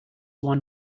one